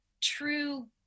true